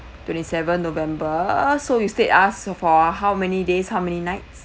twenty seven november uh so you stayed with us for how many days how many nights